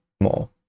more